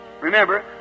Remember